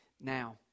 now